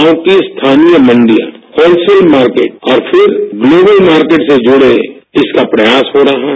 गांव की स्थानीय मंडियां होलसेल मार्केट और फिर ग्लोबल मार्केट से जुड़े इसका प्रयास हो रहा है